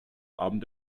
abend